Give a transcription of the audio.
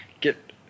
get